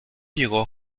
llegó